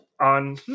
on